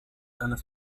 eines